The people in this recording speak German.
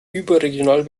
überregional